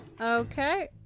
Okay